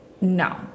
No